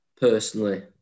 personally